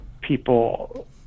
people